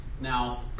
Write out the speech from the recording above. Now